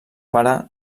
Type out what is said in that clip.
pare